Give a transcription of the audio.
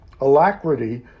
alacrity